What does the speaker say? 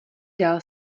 dal